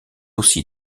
aussi